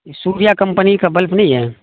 ای Surya company کا bulb نہیں ہے